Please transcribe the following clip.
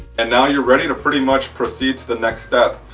and now you're ready to pretty much proceed to the next step.